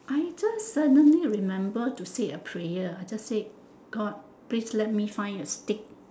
I just suddenly remember to say a prayer just say god please let me find a stick